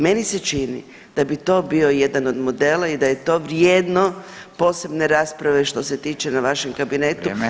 Meni se čini da bi to bio jedan od modela i da je to vrijedno posebne rasprave što se tiče na vašem kabinetu